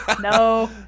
No